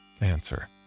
Answer